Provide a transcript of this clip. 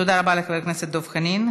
תודה רבה לחבר הכנסת דב חנין.